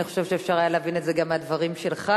אני חושבת שאפשר היה להבין את זה גם מהדברים שלך.